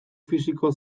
fisiko